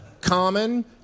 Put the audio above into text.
Common